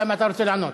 אלא אם אתה רוצה לענות.